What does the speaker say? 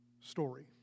story